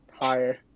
higher